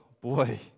boy